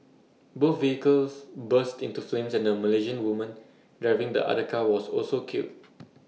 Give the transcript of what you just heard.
both vehicles burst into flames and A Malaysian woman driving the other car was also killed